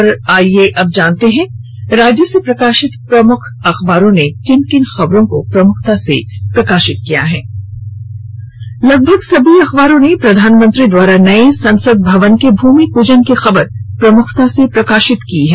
और आईये अब सुनते हैं राज्य से प्रकाशित प्रमुख अखबारों ने किन किन खबरों को प्रमुखता से प्रकाप्रित किया है राज्य से प्रका ीत लगभग सभी अखबारों ने प्रधानमंत्री द्वारा नए संसद भवन के भूमि पूजन की खबर को प्रमुखता से प्रकाप्रित किया है